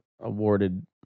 awarded